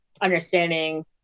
understanding